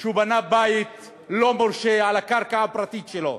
שהוא בנה בית לא מורשה על הקרקע הפרטית שלו.